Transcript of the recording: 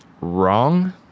wrong